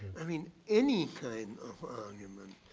i mean any kind of argument,